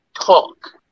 talk